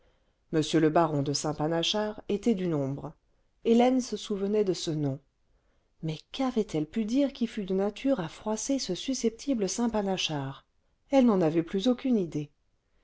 m le baron de saint panachard était dans le nombre hélène se souvenait de ce nom mais qu'avait-elle pu dire qui fût de nature à froisser ce susceptible saint panachard elle n'en avait plus aucune idée